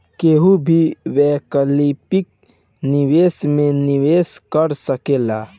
केहू भी वैकल्पिक निवेश में निवेश कर सकेला